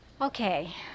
Okay